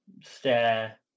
stare